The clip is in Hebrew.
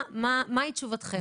מה היא תשובתכם?